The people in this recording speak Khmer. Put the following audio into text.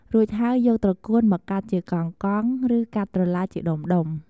រួចហើយ យកត្រកួនមកកាត់ជាកង់ៗ ឬកាត់ត្រឡាចជាដុំៗ។